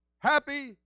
Happy